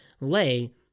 lay